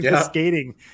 skating